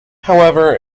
however